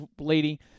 lady